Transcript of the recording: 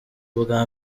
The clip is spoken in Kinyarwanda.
bwa